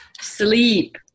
sleep